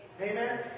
Amen